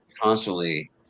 constantly